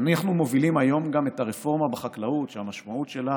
אנחנו מובילים היום גם את הרפורמה בחקלאות שהמשמעות שלה